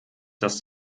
das